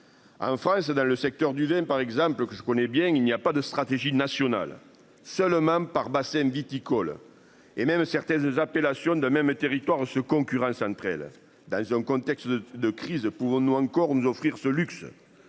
En France, dans le secteur du lait par exemple que je connais bien, il n'y a pas de stratégie nationale seul par bassins viticoles et même certaines appellations de même territoire se concurrence entre elles dans un contexte de crise ne pouvons-nous encore nous offrir ce luxe.